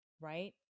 right